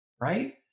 right